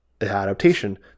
adaptation